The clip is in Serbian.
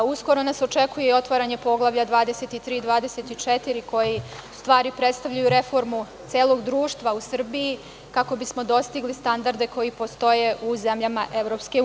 Uskoro nas očekuje otvaranje poglavlja 23, 24, koji u stvari predstavljaju reformu celog društva u Srbiji kako bismo dostigli standarde koji postoje u zemljama EU.